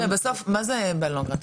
בסוף מה זה בלונג ראן,